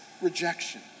rejection